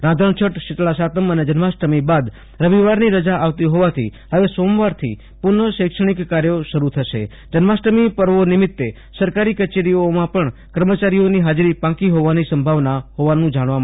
રાંઘણ છઠ શીતલા સાતમ અને જન્માષ્ટમી બાદ રવિવારની રજા આવતી હોવાથી હવે સોમવારથી પુનઃશેક્ષણિક કાર્યો શરૂ થશે જન્માષ્ટમી પર્વો બિમિતે સરકારી કચેરીઓમાં પણ કર્મચારીઓની હાજરી પાંખી હોવાની સંભાવના હોવાનું જાણવા મળે છે